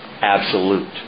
Absolute